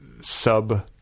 sub